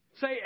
Say